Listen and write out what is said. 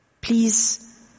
Please